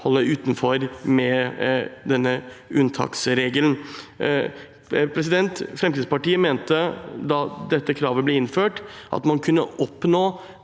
holde utenfor med denne unntaksregelen. Fremskrittspartiet mente da dette kravet ble innført, at man kunne oppnå